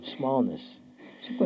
smallness